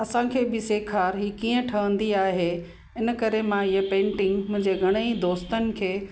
असांखे बि सेखार हीअ कीअं ठहींदी आहे इन करे मां हीअ पेंटिंग मुंहिंजे घणेई दोस्तनि खे